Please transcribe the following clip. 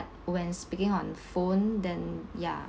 when speaking on phone then ya